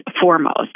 foremost